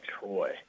Troy